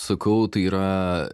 sakau tai yra